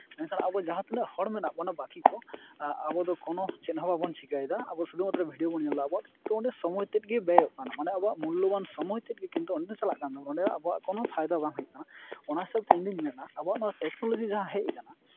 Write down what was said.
ᱢᱮᱱᱠᱷᱟᱱ ᱡᱟᱦᱟᱸ ᱛᱤᱱᱟᱹᱜ ᱟᱵᱚ ᱦᱚᱲ ᱢᱮᱱᱟᱜ ᱵᱚᱱᱟ ᱵᱟᱹᱠᱤ ᱠᱚ ᱟᱵᱚᱫᱚ ᱠᱳᱱᱚ ᱪᱮᱫᱦᱚᱸ ᱵᱟᱵᱚᱱ ᱪᱤᱠᱟᱹᱭᱮᱫᱟ ᱟᱵᱚ ᱥᱩᱫᱷᱩ ᱢᱟᱛᱨᱚ ᱵᱷᱤᱰᱭᱳ ᱵᱚᱱ ᱧᱮᱞᱫᱟ ᱟᱵᱚ ᱠᱤᱱᱛᱩ ᱚᱸᱰᱮ ᱥᱚᱢᱚᱭ ᱛᱮᱫᱜᱮ ᱵᱮᱭᱚᱜ ᱠᱟᱱᱟ ᱢᱟᱱᱮ ᱟᱵᱚᱣᱟᱜ ᱢᱩᱞᱞᱚᱵᱟᱱ ᱥᱚᱢᱚᱭ ᱛᱮᱫᱜᱮ ᱠᱤᱱᱛᱩ ᱚᱸᱰᱮ ᱫᱚ ᱪᱟᱞᱟᱜ ᱠᱟᱱ ᱛᱟᱵᱳᱱᱟ ᱚᱸᱰᱮ ᱟᱵᱚᱣᱟᱜ ᱠᱳᱱᱳ ᱯᱷᱟᱭᱫᱟ ᱵᱟᱝ ᱦᱩᱭᱩᱜ ᱠᱟᱱᱟ ᱚᱱᱟ ᱦᱤᱥᱟᱹᱵᱛᱮ ᱤᱧᱫᱩᱧ ᱢᱮᱱᱟ ᱟᱵᱚᱣᱟᱜ ᱱᱚᱣᱟ ᱴᱮᱠᱱᱳᱞᱚᱡᱤ ᱡᱟᱦᱟᱸ ᱦᱮᱡ ᱟᱠᱟᱱᱟ